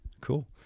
cool